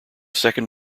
second